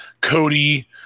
Cody